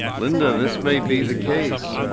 linda, this may be the case.